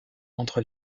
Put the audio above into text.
entre